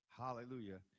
Hallelujah